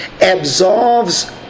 absolves